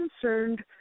concerned